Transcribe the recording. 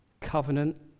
covenant